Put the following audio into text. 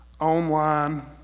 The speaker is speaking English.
online